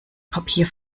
papier